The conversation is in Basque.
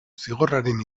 zigorraren